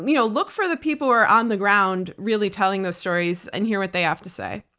you know look for the people who are on the ground, really telling those stories and hear what they have to say.